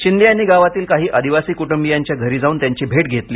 शिंदे यांनी गावातील काही आदिवासी कुटुंबियांच्या घरी जाऊन त्यांची भेट घेतली